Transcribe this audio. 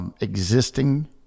existing